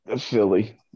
Philly